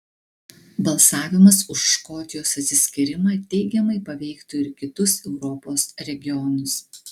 balsavimas už škotijos atsiskyrimą teigiamai paveiktų ir kitus europos regionus